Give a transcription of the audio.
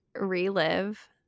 relive